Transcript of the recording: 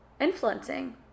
influencing